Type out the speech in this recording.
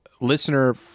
listener